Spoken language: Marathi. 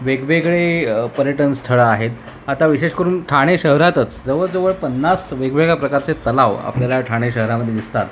वेगवेगळे पर्यटन स्थळं आहेत आता विशेष करून ठाणे शहरातच जवळ जवळ पन्नास वेगवेगळ्या प्रकारचे तलाव आपल्याला ठाणे शहरामध्ये दिसतात